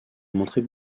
montrer